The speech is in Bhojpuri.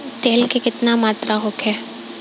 तेल के केतना मात्रा होखे?